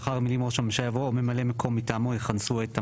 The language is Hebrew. לאחר המילים 'ראש הממשלה' יבוא 'או ממלא מקום מטעמו יכנסו את הממשלה'.